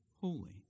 holy